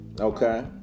okay